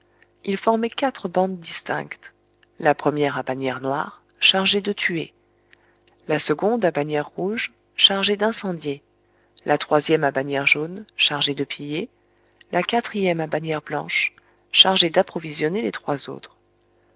ils formaient quatre bandes distinctes la première à bannière noire chargée de tuer la seconde à bannière rouge chargée d'incendier la troisième à bannière jaune chargée de piller la quatrième à bannière blanche chargée d'approvisionner les trois autres